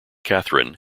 catherine